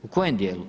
U kojem dijelu?